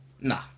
Nah